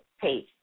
page